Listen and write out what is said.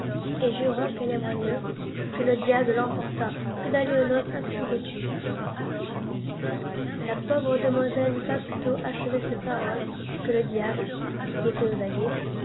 et jurant qu'elle aimerait mieux que la diable l'emportât que d'aller aux noces ainsi vêtue la pauvre demoiselle n'eut pas plutôt achevé ces paroles que le diable qui était aux aguets